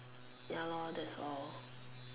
ya lor that's all